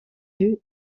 vue